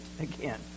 again